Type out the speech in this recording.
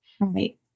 Right